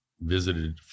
visited